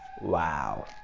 Wow